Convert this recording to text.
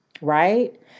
right